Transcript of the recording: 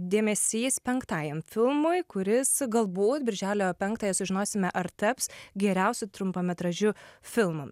dėmesys penktajam filmui kuris galbūt birželio penktąją sužinosime ar taps geriausiu trumpametražiu filmu